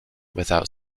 without